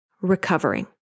recovering